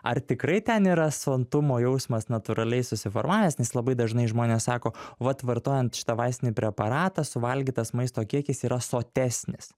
ar tikrai ten yra sotumo jausmas natūraliai susiformavęs nes labai dažnai žmonės sako vat vartojant šitą vaistinį preparatą suvalgytas maisto kiekis yra sotesnis